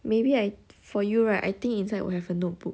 maybe I for you right I think inside will have a notebook